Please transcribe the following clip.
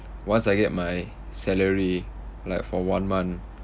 once I get my salary like for one month